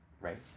Right